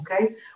okay